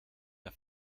der